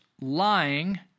lying